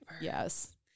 Yes